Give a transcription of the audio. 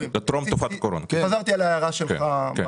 שנצברו טרום תקופת הקורונה חזרתי על ההערה שלך.